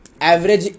average